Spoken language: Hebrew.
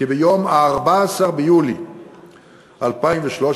כי ביום 14 ביולי 2013,